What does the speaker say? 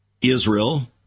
Israel